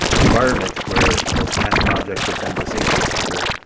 environment, where most massive objects would tend to sink to the center,